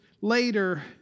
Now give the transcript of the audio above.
later